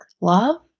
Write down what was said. love